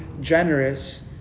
generous